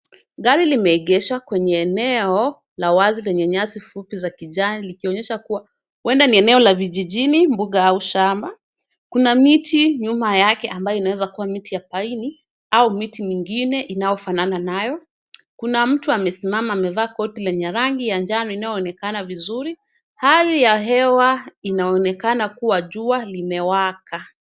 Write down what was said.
Gari limeegeshwa kwenye eneo la wazi lenye nyasi fupi za kijani, likionyesha kuwa huenda ni eneo la vijijini, mbuga au shamba, kuna miti nyuma yake ambayo inaweza kuwa miti ya pine au miti mingine inayofanana nayo, kuna mtu amesimama amevaa koti la rangi ya njano inayoonekana vizuri. Hali ya hewa inaonekana kuwa jua limewaka.